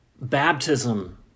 baptism